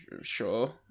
sure